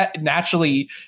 naturally